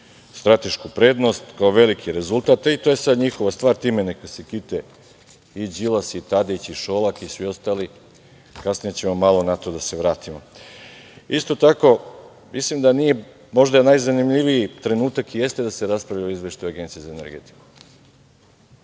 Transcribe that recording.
stratešku prednost, kao veliki rezultat, i to je sad njihova stvar, time neka se kite i Đilas i Tadić i Šolak i svi ostali, kasnije ćemo malo na to da se vratimo. Isto tako mislim, možda je najzanimljiviji trenutak jeste da se raspravlja o Izveštaju Agencije za energetiku.